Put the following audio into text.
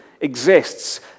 exists